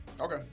Okay